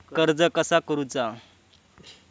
कर्ज कसा करूचा?